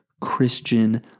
Christian